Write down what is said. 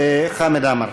וחמד עמאר.